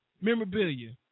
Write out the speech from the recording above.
memorabilia